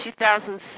2006